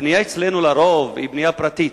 הבנייה אצלנו לרוב היא בנייה פרטית.